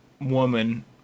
woman